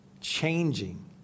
changing